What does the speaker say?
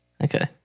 Okay